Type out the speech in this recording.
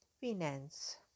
finance